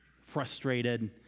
frustrated